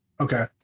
okay